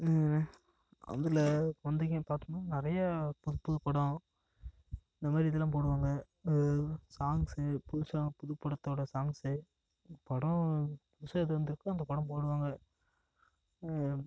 அதில் வந்தீங்க பார்த்தீங்கன்னா நிறையா புதுப்புதுபடம் இந்த மாதிரி இதெலாம் போடுவாங்க சாங்ஸ் புதுசாக புது படத்தோட சாங்சு படம் புதுசாக எது வந்திருக்கோ அந்த படம் போடுவாங்க